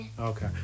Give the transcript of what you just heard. Okay